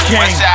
King